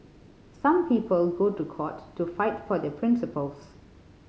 some people go to court to fight for their principles